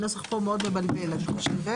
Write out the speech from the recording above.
הנוסח פה מאוד מבלבל אני חושבת.